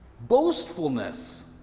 boastfulness